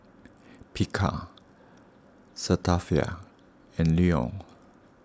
Picard Cetaphil and Lion